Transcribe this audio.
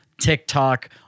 TikTok